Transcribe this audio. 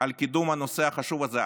על קידום הנושא החשוב הזה.